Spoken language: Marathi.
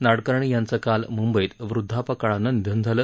नाडकर्णी यांचं काल मुंबईत वृद्वापकाळानं निधन झालं